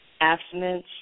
Abstinence